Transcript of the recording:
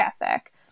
ethic